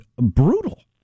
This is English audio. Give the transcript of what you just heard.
brutal